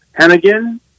Hennigan